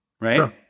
right